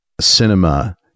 cinema